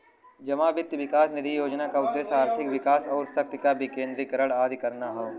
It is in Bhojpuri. जमा वित्त विकास निधि योजना क उद्देश्य आर्थिक विकास आउर शक्ति क विकेन्द्रीकरण आदि करना हौ